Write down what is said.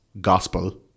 gospel-